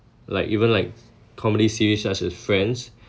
like even like comedy series such as friends